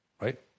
right